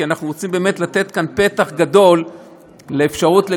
כי אנחנו רוצים באמת לתת כאן פתח גדול לאפשרות לגלות,